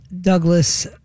Douglas